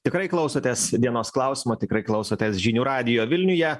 tikrai klausotės dienos klausimo tikrai klausotės žinių radijo vilniuje